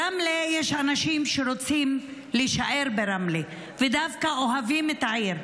ברמלה יש אנשים שרוצים להישאר ברמלה ודווקא אוהבים את העיר,